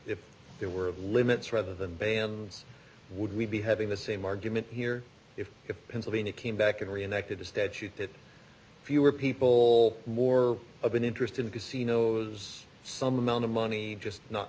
if there were limits rather than bands would we be having the same argument here if the pennsylvania came back and reelected a statute that fewer people more of an interest in casinos some amount of money just not